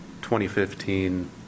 2015